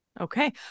Okay